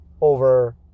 over